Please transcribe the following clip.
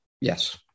yes